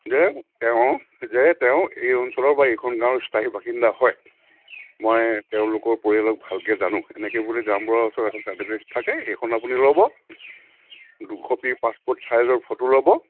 যে তেওঁ যে তেওঁ এই অঞ্চলৰ বা এইখন গাঁৱৰ স্থায়ী বাসিন্দা হয় মই তেওঁলোকৰ পৰিয়ালক ভালকে জানোঁ এনেকে বুলি গাওঁবুঢ়াৰ ওচৰত এখন চাৰ্টিফিকেট থাকে সেইখন আপুনি ল'ব দুকপি পাছপৰ্ট চাইজৰ ফটো ল'ব